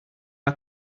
are